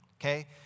okay